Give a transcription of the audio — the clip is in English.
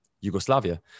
Yugoslavia